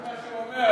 רק דקה.